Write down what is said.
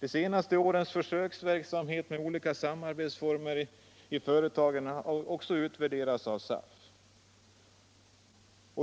De senaste årens försöksverksamhet med olika samarbetsformer inom företagen har också utvärderats av SAF.